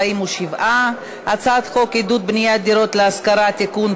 47. הצעת חוק עידוד בניית דירות להשכרה (תיקון,